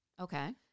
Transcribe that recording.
Okay